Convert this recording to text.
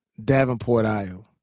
davenport, iowa,